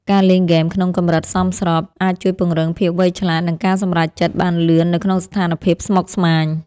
ការលេងហ្គេមក្នុងកម្រិតសមស្របអាចជួយពង្រឹងភាពវៃឆ្លាតនិងការសម្រេចចិត្តបានលឿននៅក្នុងស្ថានភាពស្មុគស្មាញ។